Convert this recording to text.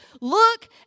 look